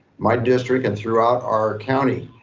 my district and throughout our county.